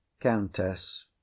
countess